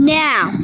now